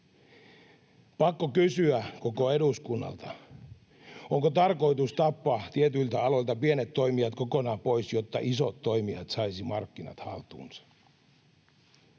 Pakko kysyä koko eduskunnalta: onko tarkoitus tappaa tietyiltä aloilta pienet toimijat kokonaan pois, jotta isot toimijat saisivat markkinat haltuunsa?